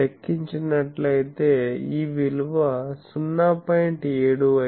మీరు లెక్కించినట్లయితే ఈ విలువ 0